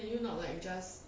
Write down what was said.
can you not like just